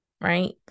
right